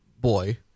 boy